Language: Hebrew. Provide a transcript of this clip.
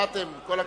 מה אתם, כל הכבוד.